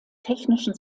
technischen